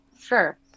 sure